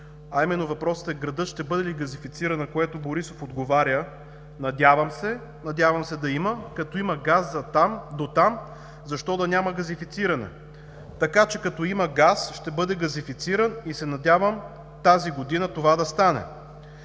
16 април 2020 г. градът ще бъде ли газифициран, на което Борисов отговаря: „Надявам се да има. Като има газ дотам, защо да няма газифициране. Така че като има газ, ще бъде газифициран и се надявам тази година това да стане“,